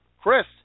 Chris